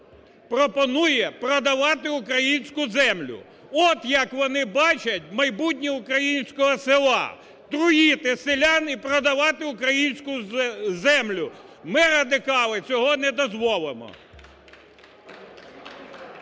пропонує продавати українську землю. От як вони бачать майбутнє українського села – труїти селян і продавати українську землю. Ми, радикали, цього не дозволимо.